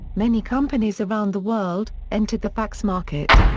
many companies around the world, entered the fax market.